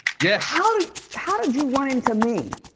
yes. how did how did you run into me?